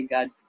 God